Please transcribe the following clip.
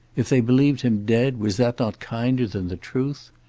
if they believed him dead, was that not kinder than the truth?